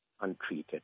untreated